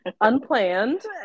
unplanned